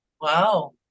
wow